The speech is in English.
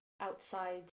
outside